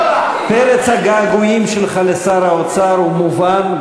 פרץ הגעגועים שלך לשר האוצר הוא מובן,